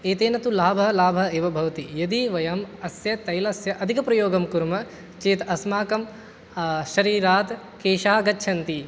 एतेन तु लाभः लाभः एव भवति यदि वयम् अस्य तैलस्य अधिकप्रयोगं कुर्मः चेत् अस्माकं शरीरात् केशाः गच्छन्ति